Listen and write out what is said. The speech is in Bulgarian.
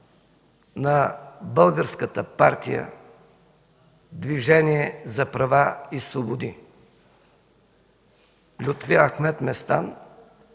на българската Партия „Движение за права и свободи”,